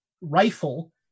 rifle